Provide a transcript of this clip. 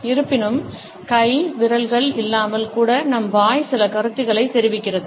இருப்பினும் கை விரல்கள் இல்லாமல் கூட நம் வாய் சில கருத்துக்களைத் தெரிவிக்கிறது